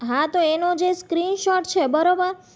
હા તો એનો જે સ્ક્રીન શૉટ છે બરાબર